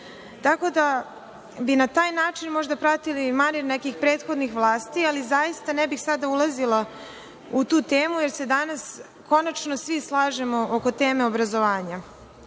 Tako da bi na taj način pratili manir nekih prethodnih vlasti, ali zaista ne bih sada ulazila u tu temu, jer se danas konačno svi slažemo oko teme obrazovanja. Samo